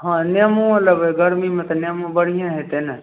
हँ नेबो लेबै गर्मीमे तऽ नेबो बढ़िएँ हेतै ने